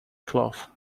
cloth